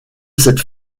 cette